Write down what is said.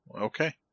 okay